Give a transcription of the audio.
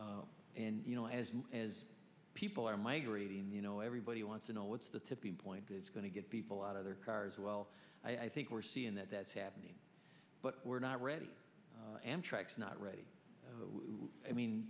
issue and you know as much as people are migrating you know everybody wants to know what's the tipping point is going to get people out of their cars well i think we're seeing that that's happening but we're not ready amtrak's not ready i mean